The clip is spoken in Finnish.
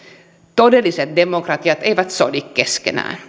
todelliset demokratiat eivät sodi keskenään